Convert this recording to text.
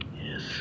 Yes